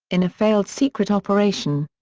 in a failed secret operation.